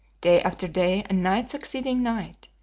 day after day and night succeeding night,